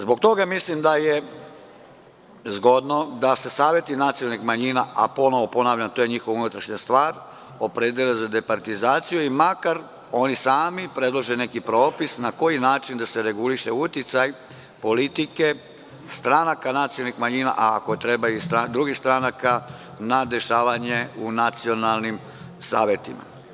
Zbog toga mislim da je zgodno da se saveti nacionalnih manjina, ponavljam, to je njihova unutrašnja stvar, opredele za departizaciju i da oni sami predlože neki propis na koji način da se reguliše uticaj politike stranaka nacionalnih manjina, a ako treba i drugih stranaka na dešavanje u nacionalnim savetima.